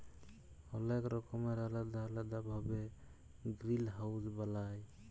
অলেক রকমের আলেদা আলেদা ভাবে গিরিলহাউজ বালায়